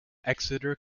exeter